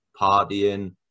partying